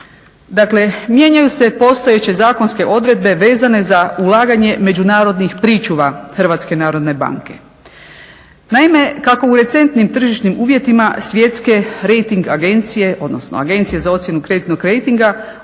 Dakle, mijenjaju se postojeće zakonske odredbe vezane za ulaganje međunarodnih pričuva Hrvatske narodne banke. Naime, kako u recentnim tržišnim uvjetima svjetske rejting agencije, odnosno Agencije za ocjenu kreditnog rejtinga